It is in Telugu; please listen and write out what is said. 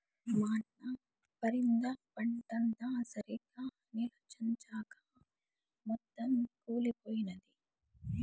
మా అన్న పరింద పంటంతా సరిగ్గా నిల్చొంచక మొత్తం కుళ్లిపోయినాది